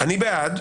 אני בעד.